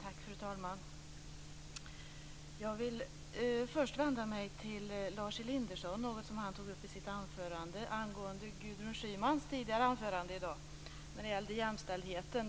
Fru talman! Jag vill först vända mig till Lars Elinderson, som tog upp det som Gudrun Schyman i sitt anförande tidigare i dag sade om jämställdheten.